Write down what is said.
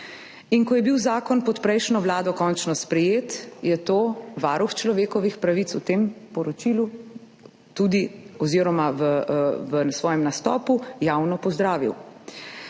In ko je bil zakon pod prejšnjo vlado končno sprejet, je to varuh človekovih pravic v svojem nastopu javno pozdravil.